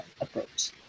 approach